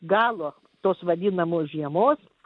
galo tos vadinamos žiemos